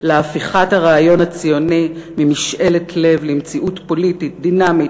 להפיכת הרעיון הציוני ממשאלת לב למציאות פוליטית דינמית,